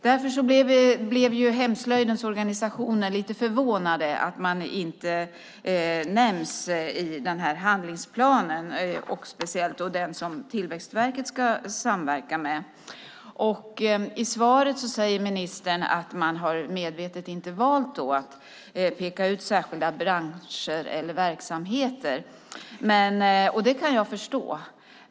Därför blev hemslöjdens organisationer lite förvånade när de inte nämndes i handlingsplanen, och speciellt de som Tillväxtverket ska samverka med. I svaret säger ministern att man medvetet har valt att inte peka ut särskilda branscher eller verksamheter, och det kan jag förstå.